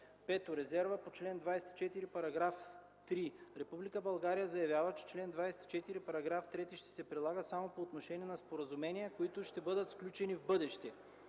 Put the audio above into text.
5. Резерва по чл. 24, § 3: „Република България заявява, че чл. 24, § 3 ще се прилага само по отношение на споразумения, които ще бъдат сключени в бъдеще.”